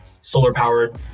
solar-powered